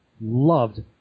loved